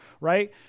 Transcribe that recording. right